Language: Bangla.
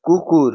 কুকুর